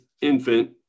infant